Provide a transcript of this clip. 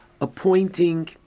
appointing